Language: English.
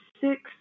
six